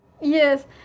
yes